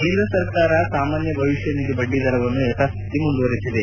ಕೇಂದ್ರ ಸರ್ಕಾರ ಸಾಮಾನ್ಯ ಭವಿಷ್ಣ ನಿಧಿ ಬಡ್ಡಿದರವನ್ನು ಯಥಾಸ್ಥಿತಿ ಮುಂದುವರಿಸಿದೆ